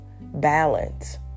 balance